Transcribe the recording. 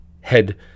head